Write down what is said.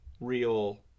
real